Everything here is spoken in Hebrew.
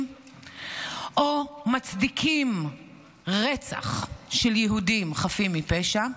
או מצדיקים בזה אחר זה רצח של יהודים חפים מפשע,